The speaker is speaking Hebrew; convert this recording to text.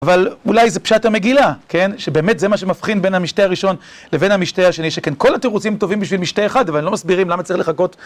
אבל אולי זה פשט המגילה, כן? שבאמת זה מה שמבחין בין המשתה הראשון לבין המשתה השני, שכן כל התירוצים טובים בשביל משתה אחד, אבל לא מסבירים למה צריך לחכות,